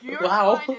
Wow